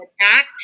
attack